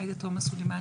עאידה תומא סלימאן,